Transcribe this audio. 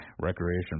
Recreation